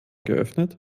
geöffnet